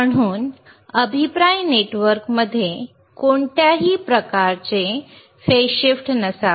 म्हणून अभिप्राय नेटवर्कमध्ये कोणत्याही प्रकारचे फेज शिफ्ट नसावे